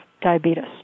diabetes